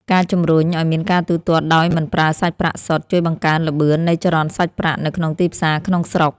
ការជំរុញឱ្យមានការទូទាត់ដោយមិនប្រើសាច់ប្រាក់សុទ្ធជួយបង្កើនល្បឿននៃចរន្តសាច់ប្រាក់នៅក្នុងទីផ្សារក្នុងស្រុក។